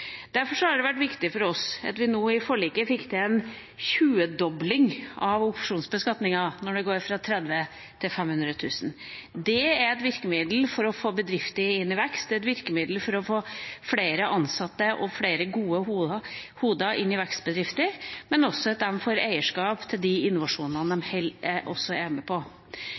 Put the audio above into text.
Derfor har det vært viktig for oss at vi nå i forliket fikk til nær en tjuedobling av opsjonsbeskatningen når den går fra 30 000 til 500 000. Det er et virkemiddel for å få bedrifter inn i vekst, det er et virkemiddel for å få flere ansatte og flere gode hoder inn i vekstbedrifter, men også for at de får eierskap til de innovasjonene de er med på.